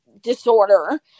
disorder